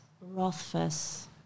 Rothfuss